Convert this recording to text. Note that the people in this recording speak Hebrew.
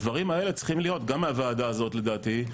הדברים האלה צריכים להיות גם מהוועדה הזאת לדעתי,